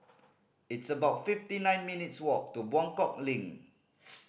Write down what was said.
it's about fifty nine minutes' walk to Buangkok Link